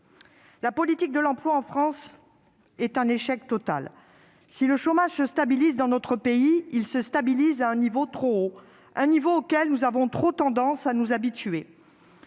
La politique de l'emploi en France est un échec total. Le chômage se stabilise dans notre pays, mais à un niveau trop élevé, auquel nous avons trop tendance à nous habituer.